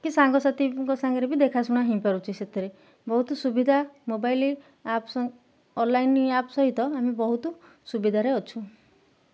କି ସାଙ୍ଗସାଥିଙ୍କ ସାଙ୍ଗରେ ବି ଦେଖାଶୁଣା ହେଇଁପାରୁଛି ବହୁତ ସୁବିଧା ମୋବାଇଲ ଆପ୍ ଅନଲାଇନ ଆପ୍ ସହିତ ଆମେ ବହୁତ ସୁବିଧାରେ ଅଛୁ